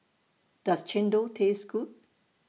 Does Chendol Taste Good